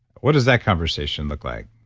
what does that conversation look like?